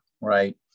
right